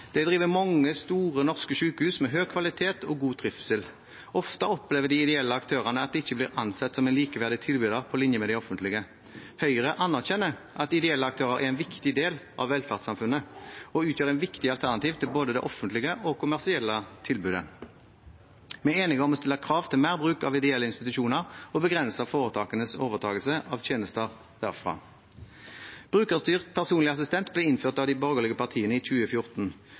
De driver mange store norske sykehus med høy kvalitet og god trivsel. Ofte opplever de ideelle aktørene at de ikke blir ansett som likeverdige tilbydere på linje med de offentlige. Høyre anerkjenner at de ideelle aktørene er en viktig del av velferdssamfunnet, og at de utgjør et viktig alternativ til både det offentlige og det kommersielle tilbudet. Vi er enige om å stille krav til mer bruk av ideelle institusjoner og begrense foretakenes overtagelse av tjenester derfra. Brukerstyrt personlig assistent ble innført av de borgerlige partiene i 2014.